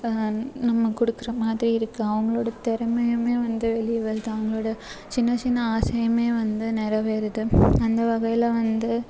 நம்ம கொடுக்கற மாதிரி இருக்குது அவங்களோட திறமையுமே வந்து வெளிய வருது அவங்களோட சின்ன சின்ன ஆசையுமே வந்து நிறவேறுது அந்த வகையில் வந்து